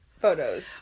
photos